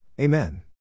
Amen